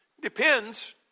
depends